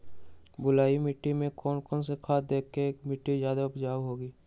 बलुई मिट्टी में कौन कौन से खाद देगें की मिट्टी ज्यादा उपजाऊ होगी?